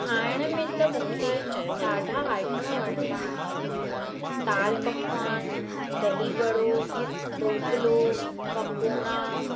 खाइण में त मूंखे ॾाढा आइटम वणंदा आहिनि दालि पकवान दही बड़ो ढोकलो पकौड़ा